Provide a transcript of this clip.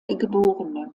geb